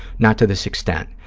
not to this extent.